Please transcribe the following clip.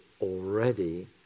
already